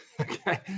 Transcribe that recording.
Okay